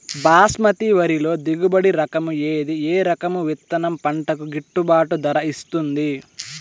బాస్మతి వరిలో దిగుబడి రకము ఏది ఏ రకము విత్తనం పంటకు గిట్టుబాటు ధర ఇస్తుంది